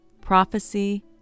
prophecy